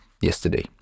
yesterday